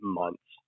months